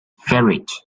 ferret